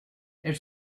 elle